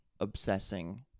obsessing